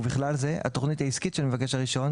ובכלל זה התוכנית העסקית של מבקש הרישיון